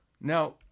Now